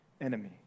enemy